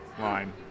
line